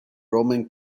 roman